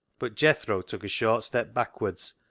but jethro took a short step backwards,